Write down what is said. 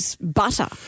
butter